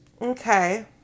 Okay